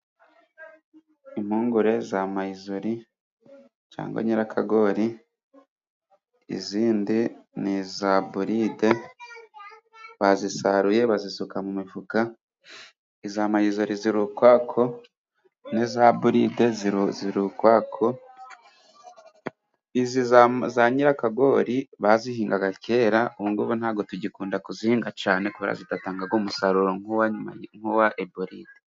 Impungure za mayizori cyangwa nyirakagori izindi ni iza boride bazisaruye bazisuka mu mifuka iza mayizori ziri ukwazo n'iza boride zizi ukwazo. Izi za nyirakagori bazihingaga kera ubu ngubu ntago tugikunda kuzihinga cyane kubera ko zidatanga umusaruro nk'uwa eboride.